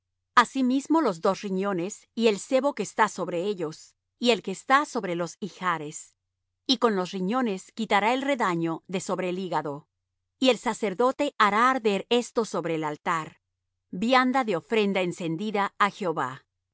asimismo los dos riñones y el sebo que está sobre ellos y el que está sobre los ijares y con los riñones quitará el redaño de sobre el hígado y el sacerdote hará arder esto sobre el altar vianda de ofrenda encendida á jehová